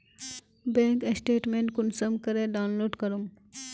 Bank statement कुंसम करे download करूम?